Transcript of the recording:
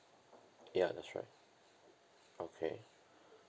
ya that's right okay